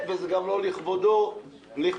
זה לא לכבודו של הבית הזה,